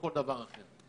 או כל דבר אחר.